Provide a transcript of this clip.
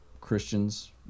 Christians